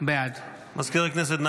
בעד מזכיר הכנסת,